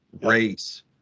race